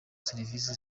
serivisi